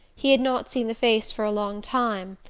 he had not seen the face for a long time,